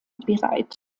bereit